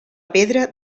pedra